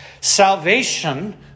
Salvation